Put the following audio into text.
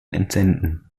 entsenden